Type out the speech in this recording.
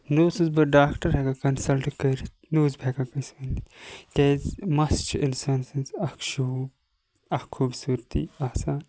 نہَ اوسُس بہٕ ڈاکٹَر ہیٚکان کَنسلٹ کٔرِتھ نہَ اوسُس بہٕ ہیٚکان کٲنٛسہِ ؤنِتھ کیاز مَس چھِ اِنسان سٕنٛز اکھ شوٗب اکھ خوٗبصوٗرتی آسان